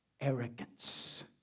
arrogance